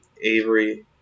Avery